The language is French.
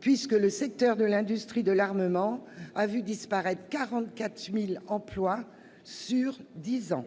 puisque le secteur de l'industrie de l'armement a vu disparaître 44 000 emplois en dix ans.